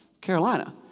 Carolina